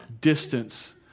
distance